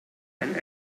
and